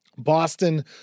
Boston